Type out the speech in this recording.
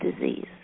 disease